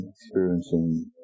Experiencing